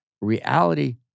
reality